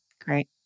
Great